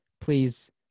please